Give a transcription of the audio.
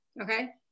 okay